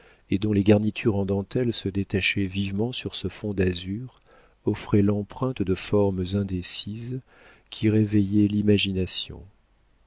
et dont les garnitures en dentelle se détachaient vivement sur ce fond d'azur offrait l'empreinte de formes indécises qui réveillaient